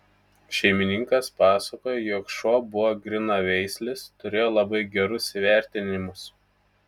šeimininkas pasakoja jog šuo buvo grynaveislis turėjo labai gerus įvertinimus